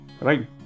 right